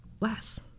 less